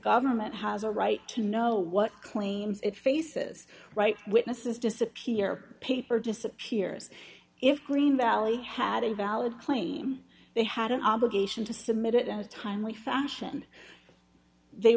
government has a right to know what claims it faces right witnesses disappear paper disappears if green valley had an valid claim they had an obligation to submit it in a timely fashion they